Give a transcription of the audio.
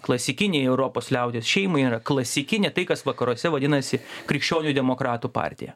klasikinei europos liaudies šeimai yra klasikinė tai kas vakaruose vadinasi krikščionių demokratų partija